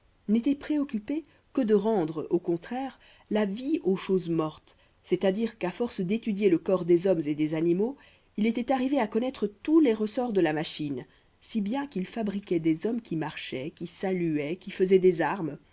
n'était préoccupé que de rendre au contraire la vie aux choses mortes c'est-à-dire qu'à force d'étudier le corps des hommes et des animaux il était arrivé à connaître tous les ressorts de la machine si bien qu'il fabriquait des hommes qui marchaient qui saluaient qui faisaient des armes